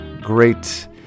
great